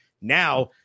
Now